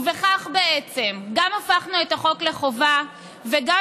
ובכך בעצם גם הפכנו את החוק לחובה וגם